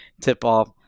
tip-off